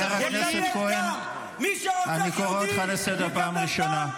חבר הכנסת כהן, אני קורא אותך לסדר פעם ראשונה.